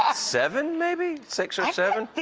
ah seven maybe, six or seven.